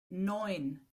neun